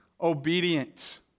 obedience